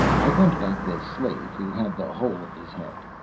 i want back the slave who had the hole in his head.